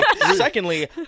secondly